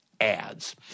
ads